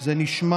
זה נשמע